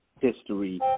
history